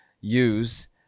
use